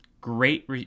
great